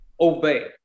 obey